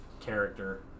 character